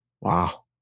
Wow